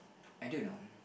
I don't know